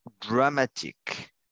dramatic